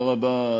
תודה רבה,